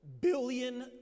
billion